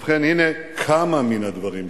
ובכן, הנה כמה מן הדברים שעשינו.